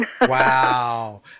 Wow